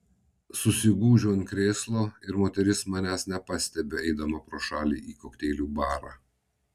susigūžiu ant krėslo ir moteris manęs nepastebi eidama pro šalį į kokteilių barą